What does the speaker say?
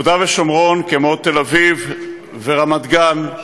יהודה ושומרון, כמו תל-אביב ורמת-גן,